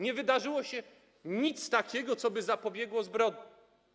Nie wydarzyło się nic takiego, co zapobiegłoby zbrodni.